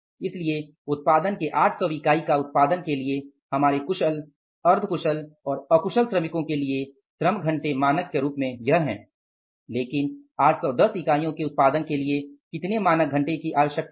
इसलिए उत्पादन के 800 इकाई का उत्पादन के लिए हमारे कुशल अर्ध कुशल और अकुशल श्रमिको के लिए श्रम घंटे मानक के रूप में यह है लेकिन 810 इकाइयों के उत्पादन के लिए कितने मानक घंटे की आवश्यकता है